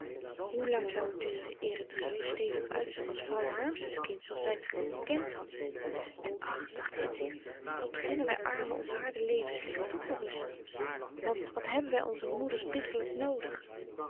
hoe lang zou t duren eer t er zoo stevig uitzag als vrouw harmsen's kind zooals zij t gekend had en ach dacht hedwig wat beginnen wij armen ons harde leven slecht toegerust wat hebben wij onze moeders bitterlijk noodig